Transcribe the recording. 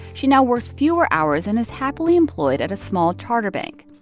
she now works fewer hours and is happily employed at a small charter bank.